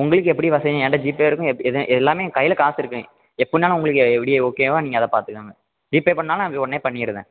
உங்களுக்கு எப்படி வசதி என்ட்ட ஜிபேவும் இருக்கும் எப் எதுன் எல்லாமே என் கையில் காசு இருக்கும் எப்படினாலும் உங்களுக்கு எப்படி ஓகேவோ நீங்கள் அதை பார்த்துக்கோங்க ஜிபே பண்ணாலும் அது ஒன்றே பண்ணிடுறேன்